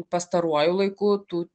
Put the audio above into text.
pastaruoju laiku tų